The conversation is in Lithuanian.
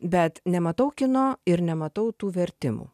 bet nematau kino ir nematau tų vertimų